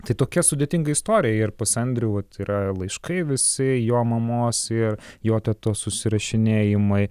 tai tokia sudėtinga istorija ir pas andrių vat yra laiškai visi jo mamos ir jo tetos susirašinėjimai